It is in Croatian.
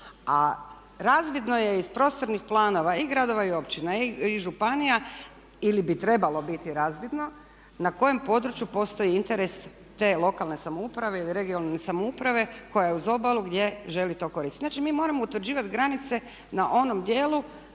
a razvidno je iz prostornih planova i gradova i općina i županija ili bi trebalo biti razvidno na kojem području postoji interes te lokalne samouprave ili regionalne samouprave koja je uz obalu gdje želi to koristiti. Znači, mi moramo utvrđivati granice na onom dijelu